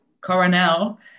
Coronel